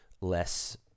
less